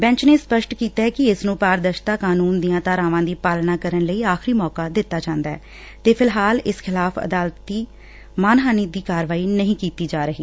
bench ਨੇ ਸਪਸ਼ਟ ਕੀਤੈ ਕਿ ਇਸ ਨੂੰ ਪਾਰਦਰਸ਼ਤਾ ਕਾਨੂੰਨ ਦੀਆਂ ਧਾਰਾਵਾਂ ਦੀ ਪਾਲਣਾ ਕਰਨ ਲਈ ਆਖਰੀ ਮੌਕਾ ਦਿੱਤਾ ਜਾਂਦੈ ਤੇ ਫਿਲਹਾਲ ਇਸ ਖਿਲਾਫ਼ ਅਦਾਲਤੀ ਮਾਨਹਾਨੀ ਦੀ ਕਾਰਵਾਈ ਨਹੀਂ ਕੀਤੀ ਜਾ ਰਹੀ